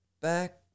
back